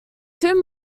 two